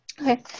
okay